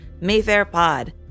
MayfairPod